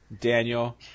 Daniel